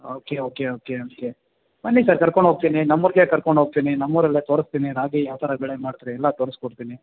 okay okay okay okay ಬನ್ನಿ sir ಕರ್ಕೊಂಡೋಗ್ತೀನಿ ನಮ್ಮ ಊರ್ಗೇ ಕರ್ಕೊಂಡೋಗ್ತೀನಿ ನಮ್ಮ ಊರಲ್ಲೇ ತೋರಿಸ್ತೀನಿ ರಾಗಿ ಯಾವ ಥರ ಬೆಳೆ ಮಾಡ್ತಾರೆ ಎಲ್ಲ ತೋರಿಸ್ಕೊಡ್ತೀನಿ